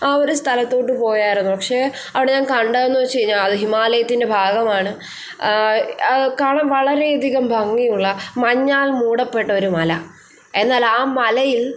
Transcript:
ആ ഒരു സ്ഥലത്തോട്ട് പോയിരുന്നു പക്ഷേ അവിടെ ഞാൻ കണ്ടതെന്ന് വച്ച് കഴിഞ്ഞാൽ അത് ഹിമാലയത്തിൻ്റെ ഭാഗമാണ് കാണാൻ വളരെയധികം ഭംഗിയുള്ള മഞ്ഞാൽ മൂടപ്പെട്ട ഒരു മല എന്നാൽ ആ മലയിൽ